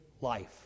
life